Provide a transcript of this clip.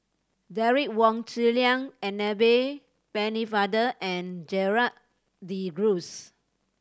Derek Wong Zi Liang Annabel Pennefather and Gerald De Cruz